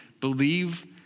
believe